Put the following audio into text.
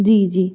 जी जी